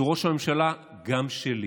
שהוא ראש הממשלה גם שלי,